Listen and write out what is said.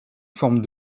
forme